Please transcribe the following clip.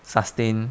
sustain